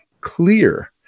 clear